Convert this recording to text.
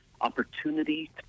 opportunity